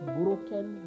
broken